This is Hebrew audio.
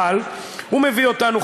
אבל הוא מביא אותנו,